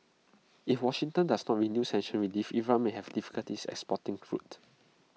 if Washington does not renew sanctions relief Iran may have difficulties exporting crude